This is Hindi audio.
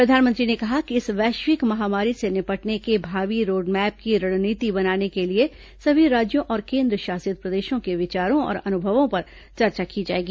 प्रधानमंत्री ने कहा कि इस वैश्विक महामारी से निपटने के भार्वी रोडमैप की रणनीति बनाने के लिए सभी राज्यों और केंद्रशासित प्रदेशों के विचारों और अनुभवों पर चर्चा की जाएगी